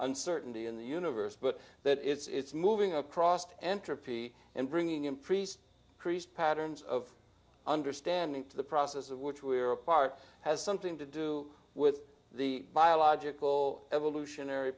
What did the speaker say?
uncertainty in the universe but there it's moving across to entropy and bringing in priest priest patterns of understanding to the process of which we are a part has something to do with the biological evolutionary